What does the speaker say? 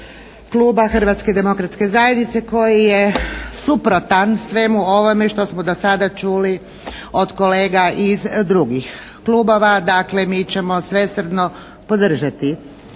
Hrvatske demokratske zajednice koji je suprotan svemu ovome što smo dosada čuli od kolega iz drugih klubova. Dakle, mi ćemo svesrdno podržati